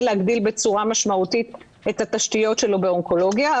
להגדיל בצורה משמעותית את התשתיות שלו באונקולוגיה,